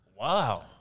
Wow